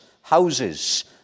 houses